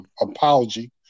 apology